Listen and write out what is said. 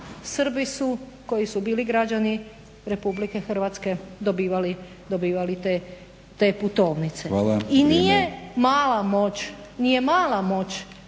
Srbi su koji su bili građani RH dobivali te putovnice. I nije mala moć građana